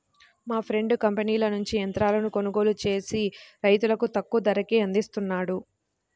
మా ఫ్రెండు కంపెనీల నుంచి యంత్రాలను కొనుగోలు చేసి రైతులకు తక్కువ ధరకే అందిస్తున్నాడు